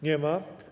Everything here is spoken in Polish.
Nie ma.